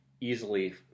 easily